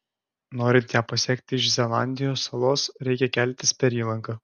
norint ją pasiekti iš zelandijos salos reikia keltis per įlanką